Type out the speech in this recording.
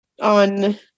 on